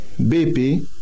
BP